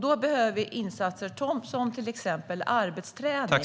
Då behöver vi insatser som arbetsträning.